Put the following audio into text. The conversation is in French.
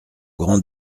grand